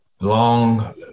long